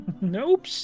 Nope